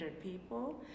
people